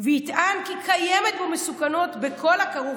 ויטען כי קיימת בו מסוכנות בכל הכרוך